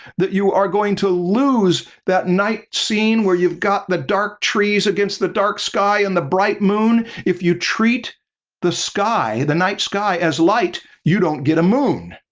that you are going to lose that night scene where you've got the dark trees against the dark sky and the bright moon. if you treat the sky, the night sky as light, you don't get a moon.